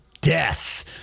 death